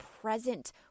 present